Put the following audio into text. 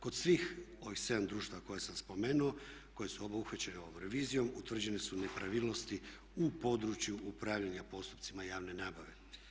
Kod svih ovih 7 društava koja sam spomenuo koja su obuhvaćena ovom revizijom utvrđene su nepravilnosti u području upravljanja postupcima javne nabave.